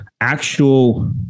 actual